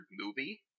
movie